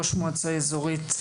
ראש המועצה האזורית,